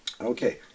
Okay